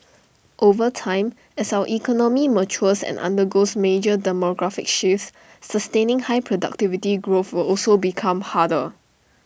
over time as our economy matures and undergoes major demographic shifts sustaining high productivity growth will also become harder